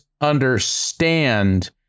understand